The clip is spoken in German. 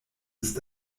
ist